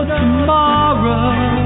tomorrow